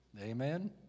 Amen